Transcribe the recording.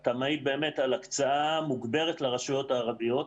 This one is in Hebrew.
אתה מעיד על הקצאה מוגברת לרשויות הערביות.